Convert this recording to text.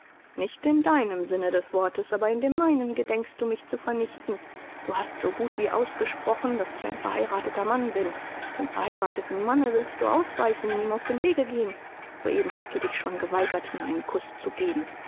nicht in deinem sinne des wortes aber in dem meinen gedenkst du mich zu vernichten du hast so gut wie ausgesprochen daß ich ein verheirateter mann bin dem verheirateten manne willst du ausweichen ihm aus dem wege gehen soeben hast du dich schon geweigert mir einen kuß zu geben